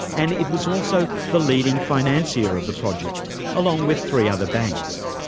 and it was also the leading financier of the project along with three other banks.